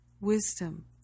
wisdom